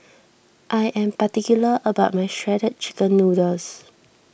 I am particular about my Shredded Chicken Noodles